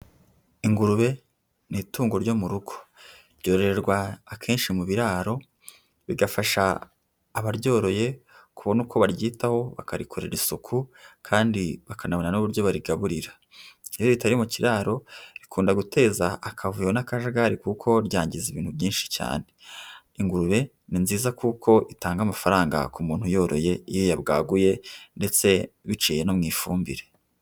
Ingurube ni itungo ryo mu rugo. Ryorerwa akenshi mu biraro bigafasha abaryoroye kubona uko baryitaho bakarikorera isuku kandi bakanabona n'uburyo barigaburira. Iyo ritari mu kiraro rikunda guteza akavuyo n'akajagari kuko ryangiza ibintu byinshi cyane. Ingurube ni nziza kuko itanga amafaranga ku muntu uyoroye iyo yabwaguye ndetse biciye no mu ifumbire.